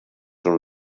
són